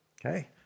Okay